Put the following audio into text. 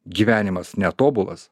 gyvenimas netobulas